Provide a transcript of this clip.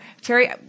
Terry